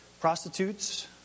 prostitutes